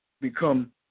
become